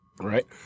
right